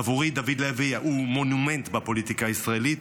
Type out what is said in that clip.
עבורי דוד לוי הוא מונומנט בפוליטיקה הישראלית.